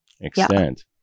extent